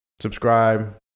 Subscribe